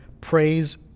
Praise